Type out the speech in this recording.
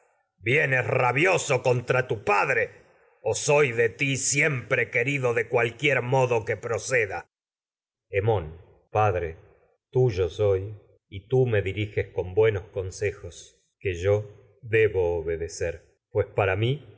futura vienes contra padre o soy de ti siempre querido de cualquier modo que proceda hemón padre tuyo soy que y tú me diriges con bue nos consejos yo debo obedecer pues para mi